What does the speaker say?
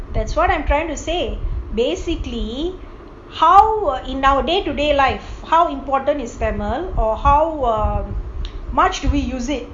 that's what I'm trying to say basically how in our day to day life how important is tamil or how much do we use it